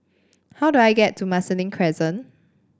how do I get to Marsiling Crescent